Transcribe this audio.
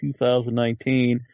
2019